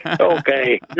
Okay